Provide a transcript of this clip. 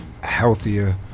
healthier